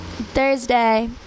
Thursday